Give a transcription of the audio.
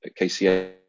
KCA